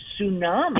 tsunami